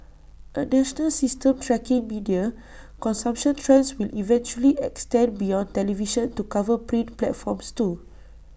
A national system tracking media consumption trends will eventually extend beyond television to cover print platforms too